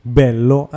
bello